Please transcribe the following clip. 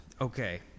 Okay